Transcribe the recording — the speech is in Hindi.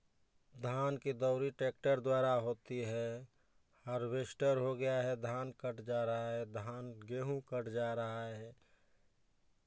धान की दौरी ट्रैक्टर द्वारा होती है हार्वेस्टर हो गया है धान कट जा रहा है धान गेहूं कट जा रहा है